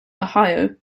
ohio